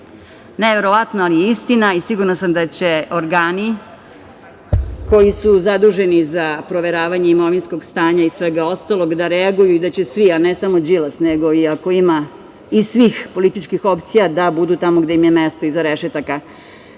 je neverovatno, ali je istina, i sigurna sam da će organi koji su zaduženi za proveravanje imovinskog stanja i svega ostalog da reaguju i da će svi, a ne samo Đilas, nego i ako ima iz svih političkih opcija da budu tamo gde im je mesto, iza rešetaka.